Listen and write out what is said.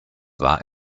war